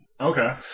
Okay